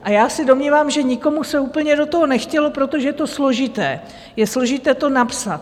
A já se domnívám, že nikomu se úplně do toho nechtělo, protože je to složité, je složité to napsat.